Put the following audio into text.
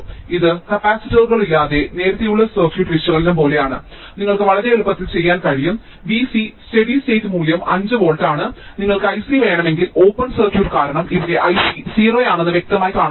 ഇത് കപ്പാസിറ്ററുകളില്ലാതെ നേരത്തെയുള്ള സർക്യൂട്ട് വിശകലനം പോലെയാണ് നിങ്ങൾക്ക് വളരെ എളുപ്പത്തിൽ ചെയ്യാൻ കഴിയും V c സ്റ്റേഡി സ്റ്റേറ്റ് മൂല്യം 5 വോൾട്ട് ആണ് നിങ്ങൾക്ക് I c വേണമെങ്കിൽ ഓപ്പൺ സർക്യൂട്ട് കാരണം ഇവിടെ I c 0 ആണെന്ന് വ്യക്തമായി കാണാൻ കഴിയും